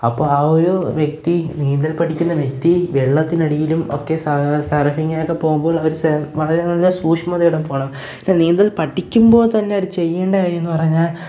അപ്പോള് ആ ഒരു വ്യക്തി നീന്തൽ പഠിക്കുന്ന വ്യക്തി വെള്ളത്തിനടിയിലും ഒക്കെ സാദ സർഫിങ്ങിനൊക്കെ പോകുമ്പോൾ അവര് വളരെ നല്ല സൂക്ഷ്മതയോടെ പോകണം നീന്തൽ പഠിക്കുമ്പോള്ത്തന്നെ അവര് ചെയ്യണ്ട കാര്യമെന്നു പറഞ്ഞാൽ